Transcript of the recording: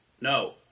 no